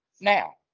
now